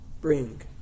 bring